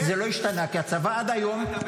זה לא השתנה, כי הצבא עד היום -- אתה בשנה מלחמה.